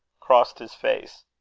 crossed his face.